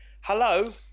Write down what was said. hello